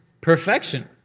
perfection